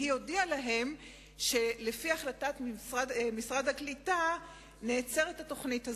והיא הודיעה להם שלפי החלטת משרד הקליטה נעצרת התוכנית הזאת,